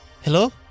Hello